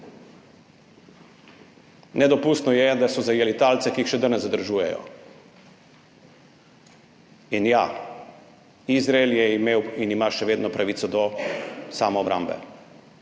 Nedopustno je, da so zajeli talce, ki jih še danes zadržujejo. In ja, Izrael je imel in ima še vedno pravico do samoobrambe,